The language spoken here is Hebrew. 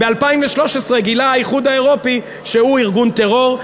ב-2013 גילה האיחוד האירופי שהוא ארגון טרור.